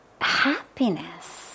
Happiness